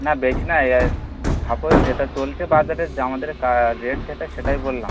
না বেশি না এই ছাপোস যেটা চলছে বাজারের যে আমাদের কা রেট যেটা সেটাই বললাম